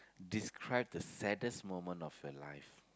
describe the saddest moment of your life